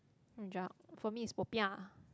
rojak for me is popiah